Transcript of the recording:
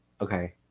Okay